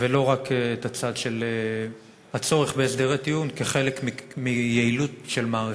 ולא רק את הצד של הצורך בהסדרי טיעון כחלק מיעילות של מערכת.